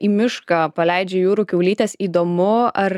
į mišką paleidžia jūrų kiaulytes įdomu ar